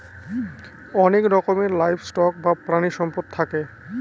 অনেক রকমের livestock বা প্রানীসম্পদ থাকে